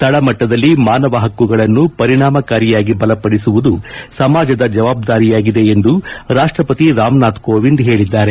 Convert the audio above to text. ತಳಮಟ್ಟದಲ್ಲಿ ಮಾನವ ಹಕ್ಕುಗಳನ್ನು ಪರಿಣಾಮಕಾರಿಯಾಗಿ ಬಲಪದಿಸುವುದು ಸಮಾಜದ ಜವಾಬ್ದಾರಿಯಾಗಿದೆ ಎಂದು ರಾಷ್ಟಪತಿ ರಾಮನಾಥ್ ಕೋವಿಂದ್ ಹೇಳಿದ್ದಾರೆ